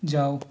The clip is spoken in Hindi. जाओ